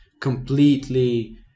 completely